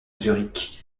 zurich